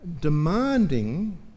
demanding